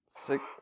six